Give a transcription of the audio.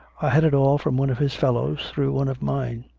i had it all from one of his fellows through one of mine.